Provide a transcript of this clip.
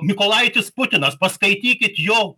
mykolaitis putinas paskaitykit jo